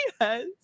Yes